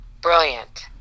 brilliant